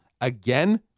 Again